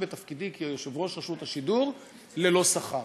בתפקידי כיושב-ראש רשות השידור ללא שכר.